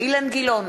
אילן גילאון,